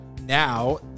now